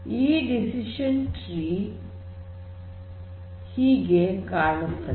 ಹೀಗೆ decision tree ಕಾಣುತ್ತದೆ